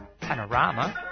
panorama